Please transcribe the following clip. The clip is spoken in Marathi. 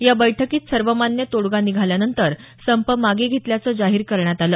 या बैठकीत सर्वमान्य तोडगा निघाल्यानंतर संप मागे घेतल्याचं जाहीर करण्यात आलं